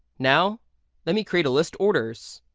now let me create a list orders.